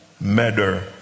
matter